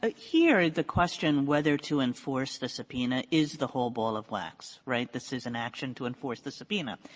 ah here the question whether to enforce the subpoena is the whole ball of wax, right? this is an action to enforce the subpoena.